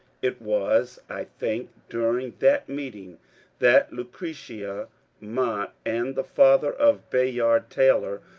it was, i think, during that meeting that lueretia mott and the father of bayard taylor,